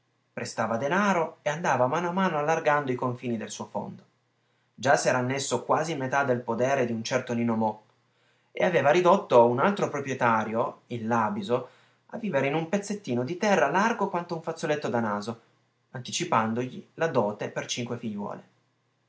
prestava denaro e andava a mano a mano allargando i confini del suo fondo già s'era annesso quasi metà del podere di un certo nino mo e aveva ridotto un altro proprietario il làbiso a vivere in un pezzettino di terra largo quanto un fazzoletto da naso anticipandogli la dote per cinque figliuole